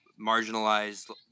marginalized